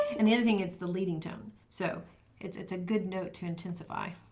and the other thing, it's the leading tone so it's it's a good note to intensify.